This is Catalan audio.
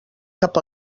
cap